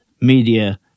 media